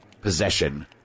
Possession